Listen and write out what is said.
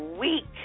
week